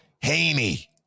Haney